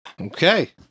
Okay